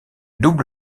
double